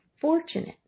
fortunate